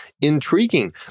intriguing